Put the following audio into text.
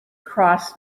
cross